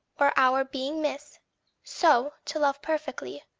or our being miss so, to love perfectly,